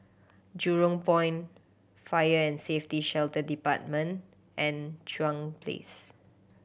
Jurong Point Fire and Safety Shelter Department and Chuan Place